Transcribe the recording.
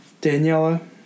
Daniela